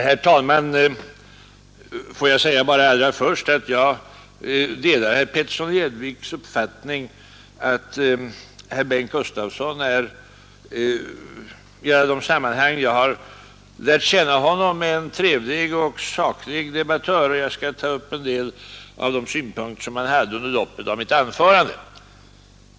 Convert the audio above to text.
Herr talman! Får jag allra först bara säga att jag delar herr Peterssons i Måndagen den Gäddvik uppfattning att herr Bengt Gustavsson är i alla de sammanhang 29 maj 1972 jag har lärt känna honom en trevlig och saklig debattör, och jag skall under loppet av mitt anförande ta upp en del av de synpunkter han framförde.